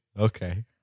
Okay